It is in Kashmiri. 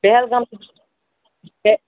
پہلگام پہٕ